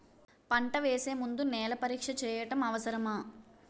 పంట వేసే ముందు నేల పరీక్ష చేయటం అవసరమా?